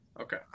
Okay